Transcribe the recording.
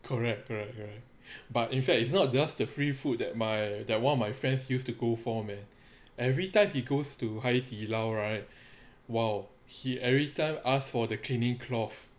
correct correct correct but in fact it's not just the free food that my that one of my friends used to go for man every time he goes to 海底捞 right !wow! he every time ask for the cleaning cloth